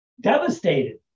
devastated